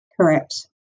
Correct